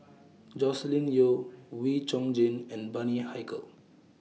Joscelin Yeo Wee Chong Jin and Bani Haykal